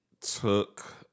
took